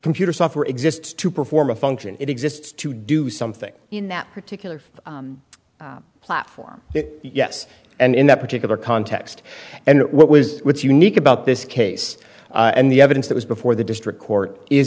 computer software exists to perform a function it exists to do something in that particular platform yes and in that particular context and what was what's unique about this case and the evidence that was before the district court is